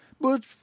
But